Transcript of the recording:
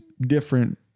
different